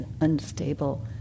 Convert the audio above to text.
unstable